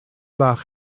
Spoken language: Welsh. bach